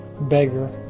beggar